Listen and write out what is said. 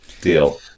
deal